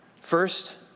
First